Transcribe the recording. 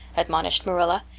admonished marilla.